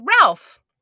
Ralph